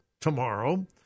tomorrow